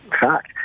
fact